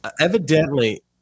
Evidently